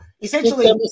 essentially